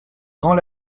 grands